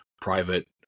private